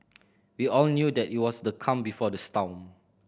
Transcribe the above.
we all knew that it was the calm before the storm